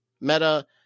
meta